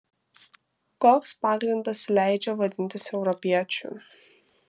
koks pagrindas leidžia vadintis europiečiu